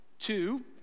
Two